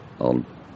on